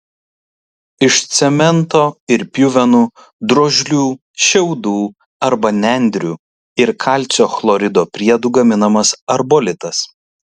iš cemento ir pjuvenų drožlių šiaudų arba nendrių ir kalcio chlorido priedų gaminamas arbolitas